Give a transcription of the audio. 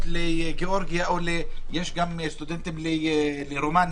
לגיאורגיה יש גם סטודנטים ברומניה,